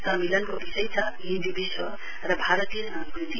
सम्मेलनको विषय छ हिन्दी विश्व र भारतीय संस्कृति